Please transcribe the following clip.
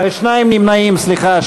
שניים נמנעים, סליחה.